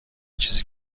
چیزی